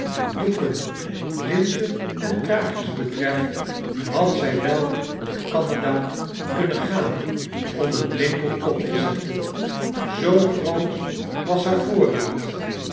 doeken linten en kraagjes betreft had zy wel naar canada kunnen gaan om een winkel op te zetten zoo groot was haar voorraad